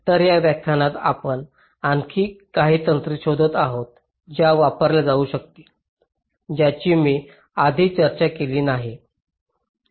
तर या व्याख्यानात आपण आणखी काही तंत्रे शोधत आहोत ज्या वापरल्या जाऊ शकतील ज्यांची मी आधी चर्चा केली नाही